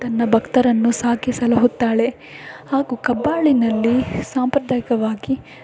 ತನ್ನ ಭಕ್ತರನ್ನು ಸಾಕಿ ಸಲಹುತ್ತಾಳೆ ಹಾಗೂ ಕಬ್ಬಾಳಿನಲ್ಲಿ ಸಾಂಪ್ರದಾಯಿಕವಾಗಿ